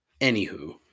Anywho